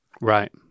Right